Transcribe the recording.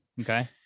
Okay